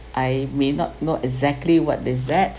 I may not know exactly what is that